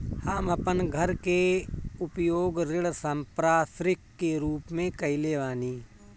हम अपन घर के उपयोग ऋण संपार्श्विक के रूप में कईले बानी